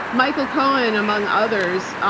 michael cohen, among others, um